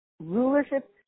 Rulership